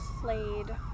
played